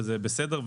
וזה בסדר,